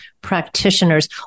practitioners